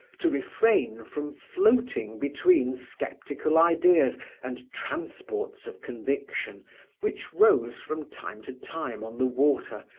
to refrain from floating between sceptical ideas and transports of conviction which rose from time to time on the water,